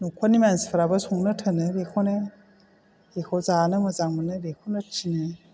नखरनि मानसिफ्राबो संनो थिनो बेखौनो जेखौ जानो मोजां मोनो बेखौनो थिनो